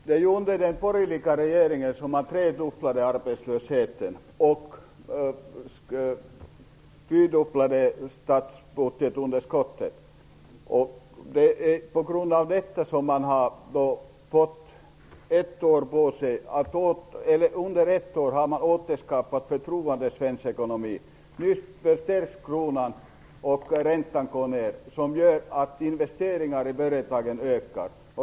Herr talman! Det var under den borgerliga regeringsperioden som arbetslösheten trefaldigades och underskottet i statsbudgeten fyrfaldigades. På ett år har förtroendet nu återskapats för svensk ekonomi. Nu förstärks kronan och räntan går ner, vilket gör att investeringarna i företagen ökar.